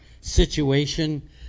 situation